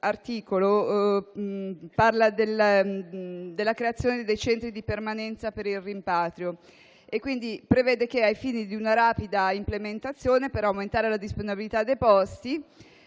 l'articolo 10 parla della creazione dei centri di permanenza per il rimpatrio e quindi prevede che, ai fini di una rapida implementazione, per aumentare la disponibilità dei posti,